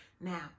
Now